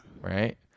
Right